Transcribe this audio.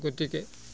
গতিকে